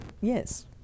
Yes